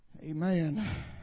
Amen